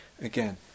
again